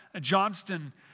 Johnston